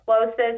closest